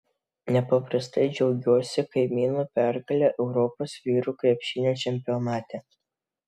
nepaprastai džiaugiuosi kaimynų pergale europos vyrų krepšinio čempionate